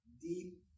deep